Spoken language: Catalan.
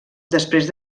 després